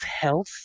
health